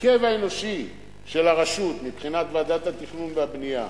שההרכב האנושי של הרשות מבחינת ועדת התכנון והבנייה